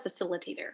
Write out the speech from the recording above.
facilitator